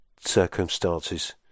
circumstances